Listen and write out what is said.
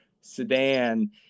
sedan